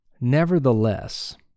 nevertheless